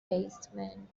batsman